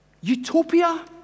Utopia